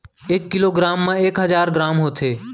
एक kilogram मा एक हजार ग्राम होथे